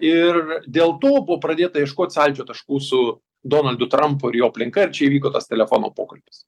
ir dėl to buvo pradėta ieškot sąlyčio taškų su donaldu trampu ir jo aplinka ir čia įvyko tas telefono pokalbis